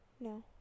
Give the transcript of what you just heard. no